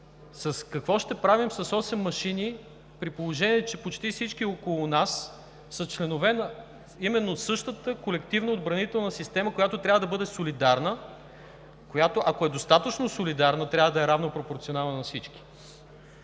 Какво ще правим с осем машини, при положение че почти всички около нас са членове на същата колективна отбранителна система, която трябва да бъде солидарна, която, ако е достатъчно солидарна, трябва да е равно пропорционална на всички.